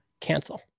cancel